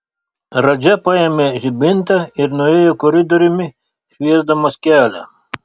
radža paėmė žibintą ir nuėjo koridoriumi šviesdamas kelią